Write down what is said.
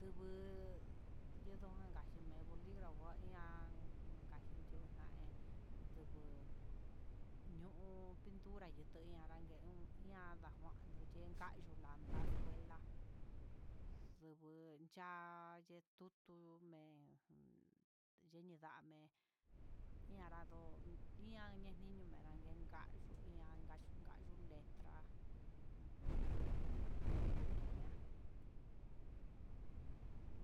Ndubu yinodon ndajime boligrafo ian kaji tiunai, dubuu ñiu pintura yutu ñarangue uun ian ndakuano che'e, kayo lamba escuela ndunbuu cha'a yee tutu me'en, yeni nrame nayarabo, ian na niño neranme nakayuu, ian yuu kayo'o letra ujun ndubu no tutu mian.